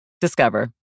Discover